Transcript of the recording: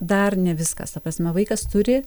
dar ne viskas ta prasme vaikas turi